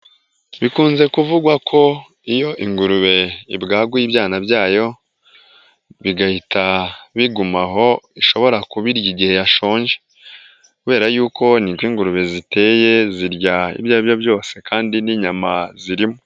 Bikunze kuvugwa ko iyo ingurube ibwaguye ibyana byayo, bigahita bigumaho ishobora kubirya igihe yashonje, kubera yuko niko ingurube ziteye, zirya ibyo aribyo byose kandi n'inyama zirimo.